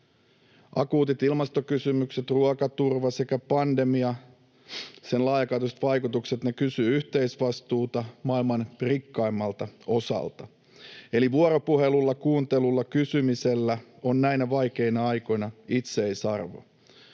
Akuutit ilmastokysymykset, ruokaturva sekä pandemia, sen laajakantoiset vaikutukset, kysyvät yhteisvastuuta maailman rikkaimmalta osalta, eli vuoropuhelulla, kuuntelulla, kysymisellä on näinä vaikeina aikoina itseisarvo.